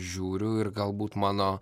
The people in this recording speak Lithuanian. žiūriu ir galbūt mano